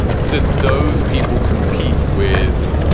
did those people compete with.